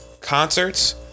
concerts